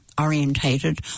orientated